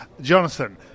Jonathan